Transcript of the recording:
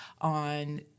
on